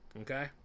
Okay